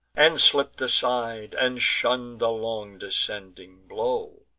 and slipp'd aside, and shunn'd the long descending blow.